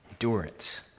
Endurance